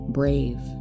brave